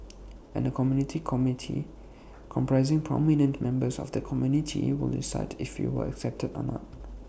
and A community committee comprising prominent members of that community will decide if you were accepted or not